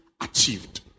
achieved